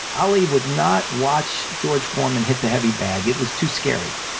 ali would not watch george foreman hit the heavy bag it was too scary.